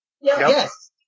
Yes